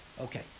Okay